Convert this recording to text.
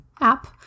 app